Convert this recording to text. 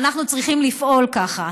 ואנחנו צריכים לפעול ככה.